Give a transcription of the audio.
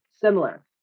similar